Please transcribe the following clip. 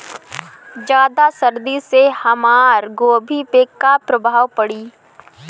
ज्यादा सर्दी से हमार गोभी पे का प्रभाव पड़ी?